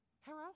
Hello